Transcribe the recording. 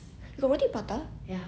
got roti prata